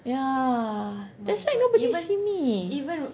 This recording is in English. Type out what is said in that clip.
yeah that's why nobody see me